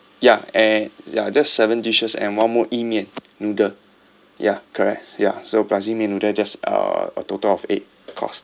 ya eh ya just seven dishes and one more yi mian noodle ya correct ya so plus yi mian noodle just uh total of eight course